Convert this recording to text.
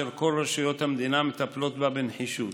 אשר כל רשויות המדינה מטפלות בה בנחישות.